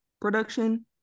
production